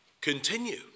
continue